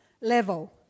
level